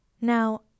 Now